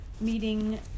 meeting